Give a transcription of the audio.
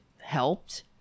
Helped